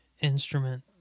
instrument